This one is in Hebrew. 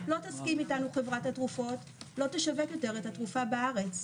לא תסכים אתנו חברת התרופות לא תשווק יותר את התרופה בארץ.